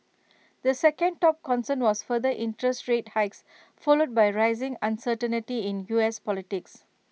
the second top concern was further interest rate hikes followed by rising uncertainty in us politics